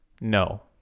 no